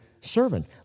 servant